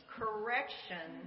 correction